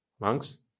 monks